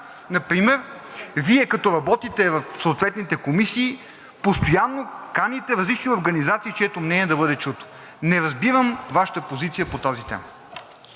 например, Вие като работите в съответните комисии, постоянно каните различни организации, чието мнение да бъде чуто. Не разбирам Вашата позиция по тази тема!